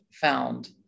found